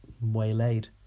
waylaid